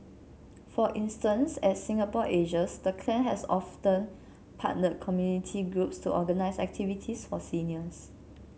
for instance as Singapore ages the clan has often partnered community groups to organise activities for seniors